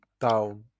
down